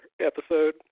episode